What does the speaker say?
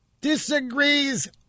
disagrees